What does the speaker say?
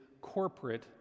corporate